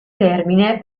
termine